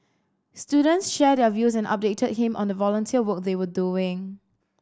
students shared their views and updated him on the volunteer work they were doing